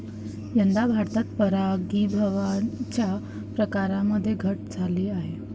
यंदा भारतात परागीभवनाच्या प्रकारांमध्ये घट झाली आहे